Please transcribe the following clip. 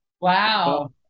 Wow